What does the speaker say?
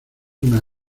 una